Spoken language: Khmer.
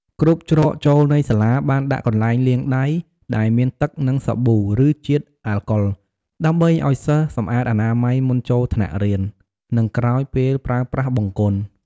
គ្រប់ច្រកចូលនៃសាលាបានដាក់កន្លែងលាងដៃដែលមានទឹក និងសាប៊ូ ឬជាតិអាល់កុល ដើម្បីឲ្យសិស្សសម្អាតអនាម័យមុនចូលថ្នាក់រៀន និងក្រោយពេលប្រើប្រាស់បង្គន់។